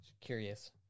Curious